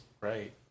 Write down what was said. Right